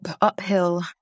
uphill